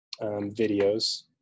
videos